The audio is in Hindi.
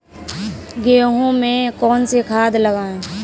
गेहूँ में कौनसी खाद लगाएँ?